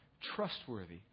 trustworthy